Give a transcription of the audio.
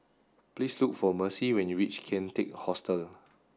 please look for Mercy when you reach Kian Teck Hostel